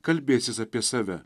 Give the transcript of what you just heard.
kalbėsis apie save